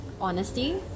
honesty